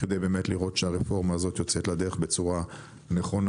כדי לראות שהרפורמה הזאת יוצאת לדרך בצורה נכונה.